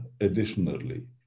additionally